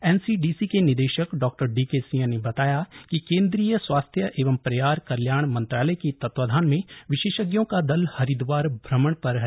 NCDC के निदेशक डॉ डीके सिंह ने बताया कि केंद्रीय स्वास्थ्य एवं परिवार कल्याण मंत्रालय के तत्वावधान में विशेषज्ञों का दल हरिद्वार भ्रमण पर है